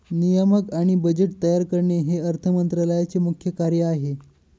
नियामक आणि बजेट तयार करणे हे अर्थ मंत्रालयाचे मुख्य कार्य आहे